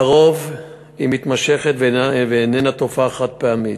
לרוב, היא מתמשכת ואיננה תופעה חד-פעמית.